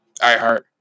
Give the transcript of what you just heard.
iHeart